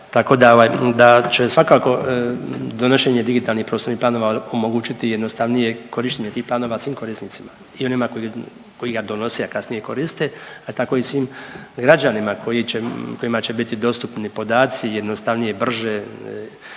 ovaj da će svakako donošenje digitalnih prostornih planova omogućiti jednostavnije korištenje tih planova svim korisnicima i onima koji, koji ga donose a kasnije koriste, pa tako i svim građanima koji će, kojima će biti dostupni podaci jednostavnije, brže.